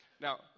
Now